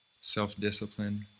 Self-discipline